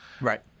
Right